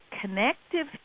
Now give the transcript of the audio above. connective